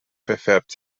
verfärbt